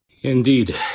Indeed